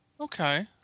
Okay